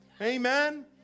Amen